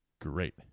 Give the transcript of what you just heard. Great